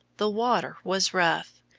the water was rough,